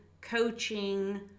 coaching